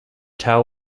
tao